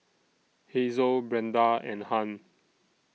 Hazel Brenda and Hunt